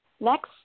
Next